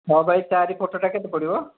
ମୋ ପାଇଁ ଚାରି ଫଟୋଟା କେତେ ପଡ଼ିବ